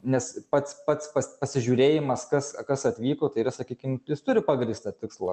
nes pats pats pas pasižiurėjimas kas kas atvyko tai yra sakykim jis turi pagrįstą tikslą